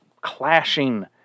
clashing